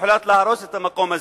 הוחלט להרוס את המקום הזה.